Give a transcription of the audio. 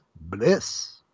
bliss